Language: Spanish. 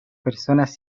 personas